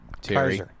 Terry